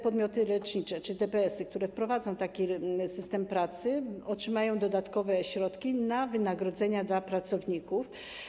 Podmioty lecznicze czy DPS-y, które wprowadziły taki system pracy, otrzymają dodatkowe środki na wynagrodzenia dla pracowników.